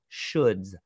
shoulds